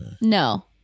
no